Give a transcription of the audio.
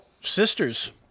sister's